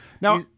Now